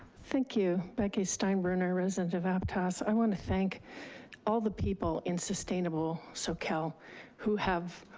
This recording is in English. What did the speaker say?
thank you, becky steinbruner, resident of aptos. i want to thank all the people in sustainable soquel who have,